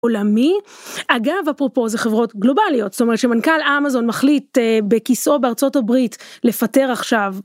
עולמי, אגב אפרופו זה חברות גלובליות, זאת אומרת שמנכ״ל אמזון מחליט בכיסאו בארצות הברית לפטר עכשיו.